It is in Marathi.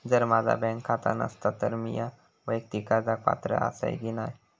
जर माझा बँक खाता नसात तर मीया वैयक्तिक कर्जाक पात्र आसय की नाय?